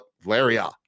valeria